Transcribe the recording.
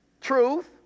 truth